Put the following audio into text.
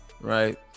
right